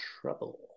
trouble